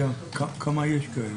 כמה יש כאלה?